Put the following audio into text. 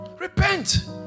Repent